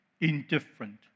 Indifferent